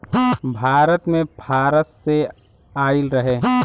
भारत मे फारस से आइल रहे